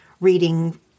reading